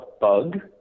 bug